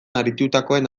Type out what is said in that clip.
aritutakoen